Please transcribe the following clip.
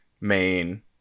main